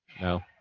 No